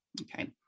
Okay